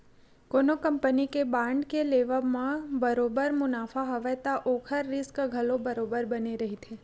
कोनो कंपनी के बांड के लेवब म बरोबर मुनाफा हवय त ओखर रिस्क घलो बरोबर बने रहिथे